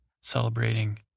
celebrating